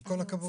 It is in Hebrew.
עם כל הכבוד.